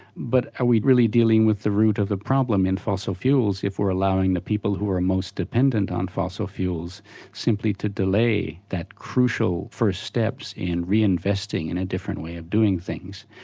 but are we really dealing with the root of the problem in fossil fuels if we're allowing the people who are most dependent on fossil fuels simply to delay that crucial first step in reinvesting and a different way of doing things.